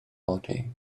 body